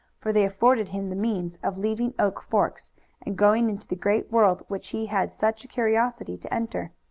for they afforded him the means of leaving oak forks and going into the great world which he had such a curiosity to enter.